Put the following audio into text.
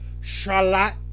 Charlotte